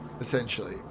essentially